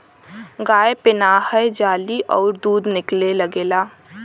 गाय पेनाहय जाली अउर दूध निकले लगेला